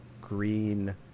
green